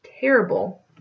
terrible